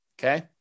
Okay